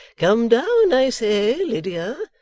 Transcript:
come down, i say, lydia!